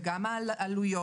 וגם על העלויות,